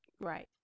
right